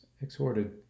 Exhorted